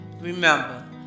remember